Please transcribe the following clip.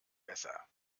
besser